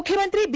ಮುಖ್ಯಮಂತ್ರಿ ಬಿ